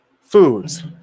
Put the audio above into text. foods